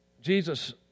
Jesus